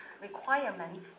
requirements